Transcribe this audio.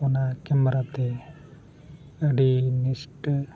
ᱚᱱᱟ ᱠᱮᱢᱮᱨᱟ ᱛᱮ ᱟᱹᱰᱤ ᱱᱤᱥᱴᱟᱹ